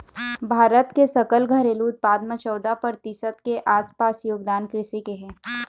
भारत के सकल घरेलू उत्पाद म चउदा परतिसत के आसपास योगदान कृषि के हे